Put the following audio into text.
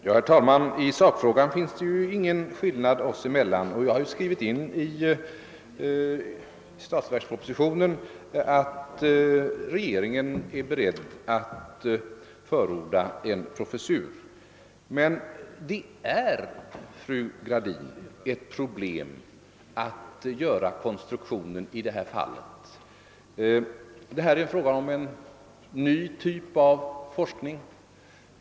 Herr talman! I sakfrågan finns det inte någon skillnad mellan fru Gradins och min uppfattning. Jag har i statsverkspropositionen skrivit in att regeringen är beredd att förorda en professur. Men, fru Gradin, det är verkligen ett problem att göra konstruktionen i det här fallet. Det är här fråga om en ny typ av forskning.